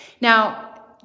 Now